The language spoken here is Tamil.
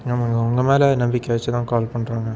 ஆமாங்க உங்கள் மேல் நம்பிக்கை வச்சு தான் கால் பண்றோம்ங்க